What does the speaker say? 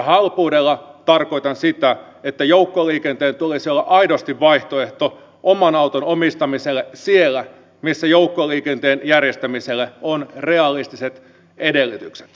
halpuudella tarkoitan sitä että joukkoliikenteen tulisi olla aidosti vaihtoehto oman auton omistamiselle siellä missä joukkoliikenteen järjestämiselle on realistiset edellytykset